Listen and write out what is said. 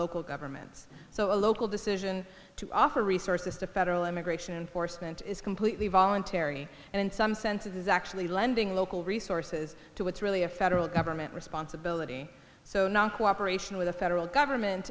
local governments so a local decision to offer resources to federal immigration enforcement is completely voluntary and in some sense it is actually lending local resources to what's really a federal government responsibility so now cooperation with the federal government